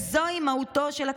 זוהי מהותו של הקרניזם.